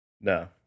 No